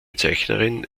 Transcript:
zeichnerin